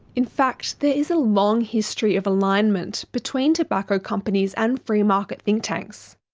in fact, there is a long history of alignment between tobacco companies and free market think tanks.